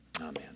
Amen